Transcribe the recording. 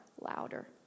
louder